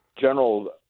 general